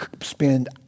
spend